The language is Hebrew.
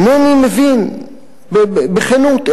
בכנות,